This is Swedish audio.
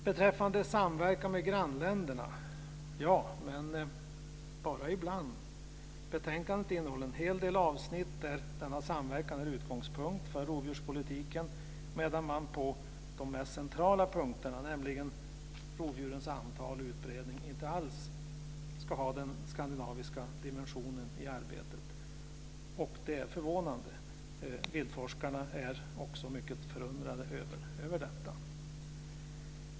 Beträffande samverkan med grannländerna - ja, men bara ibland. Betänkandet innehåller en hel del avsnitt där denna samverkan är utgångspunkt för rovdjurspolitiken, medan man på de mest centrala punkterna, nämligen rovdjurens antal och utbredning, inte alls ska ha den skandinaviska dimensionen i arbetet. Det är förvånande. Också viltforskarna är mycket förundrade över detta.